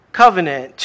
covenant